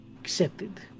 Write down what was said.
accepted